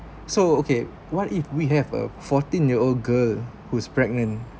so okay what if we have a fourteen year old girl who's pregnant